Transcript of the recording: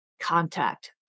contact